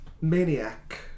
Maniac